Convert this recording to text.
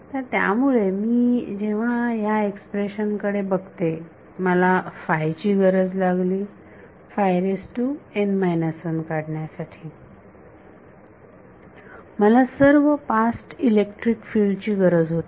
तर त्यामुळे जेव्हा मी ह्या एक्सप्रेशन कडे बघते मला ची गरज लागली काढण्यासाठी मला सर्व पास्ट इलेक्ट्रिक फिल्ड ची गरज होती